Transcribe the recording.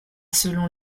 selon